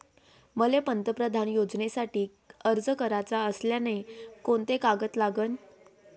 मले पंतप्रधान योजनेसाठी अर्ज कराचा असल्याने कोंते कागद लागन?